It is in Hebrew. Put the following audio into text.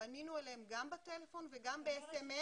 פנינו אליהם גם בטלפון וגם ב-SMS.